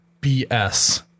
BS